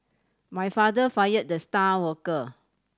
my father fired the star worker